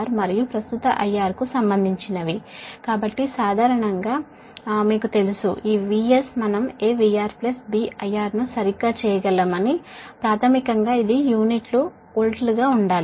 కాబట్టి సాధారణంగా ఇది సాధారణంగా మీకు తెలుసు ఈ VS మనం AVR B IR ను సరిగ్గా చేయగలమని ప్రాథమికంగా ఇది యూనిట్లు వోల్ట్లుగా ఉండాలి